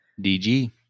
DG